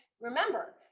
remember